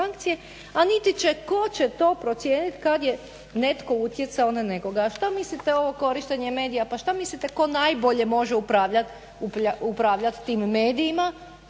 a niti će, tko će to procijenit kad je netko utjecao na nekoga. A što mislite ovo korištenje medija. Pa šta mislite tko najbolje može upravljat tim medijima?